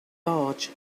large